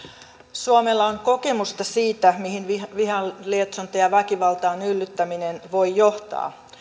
suomella on kokemusta siitä mihin vihan lietsonta ja ja väkivaltaan yllyttäminen voi johtaa